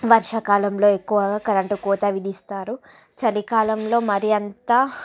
వర్షాకాలంలో ఎక్కువగా కరెంట్ కోత విధిస్తారు చలికాలంలో మరీ అంత